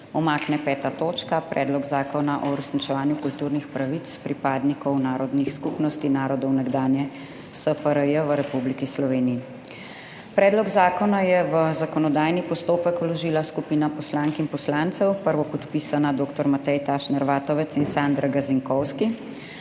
umakne 5. točka, Predlog zakona o uresničevanju kulturnih pravic pripadnikov narodnih skupnosti narodov nekdanje SFRJ v Republiki Sloveniji. Predlog zakona je v zakonodajni postopek vložila skupina poslank in poslancev, prvopodpisana dr. Matej Tašner Vatovec in Sandra Gazinkovski.